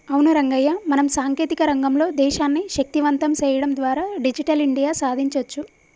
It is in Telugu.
అవును రంగయ్య మనం సాంకేతిక రంగంలో దేశాన్ని శక్తివంతం సేయడం ద్వారా డిజిటల్ ఇండియా సాదించొచ్చు